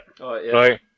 Right